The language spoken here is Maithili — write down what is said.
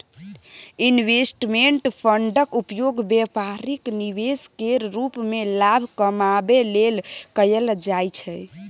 इंवेस्टमेंट फंडक उपयोग बेपारिक निवेश केर रूप मे लाभ कमाबै लेल कएल जाइ छै